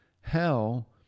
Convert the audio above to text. Hell